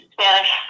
Spanish